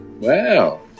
Wow